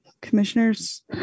commissioners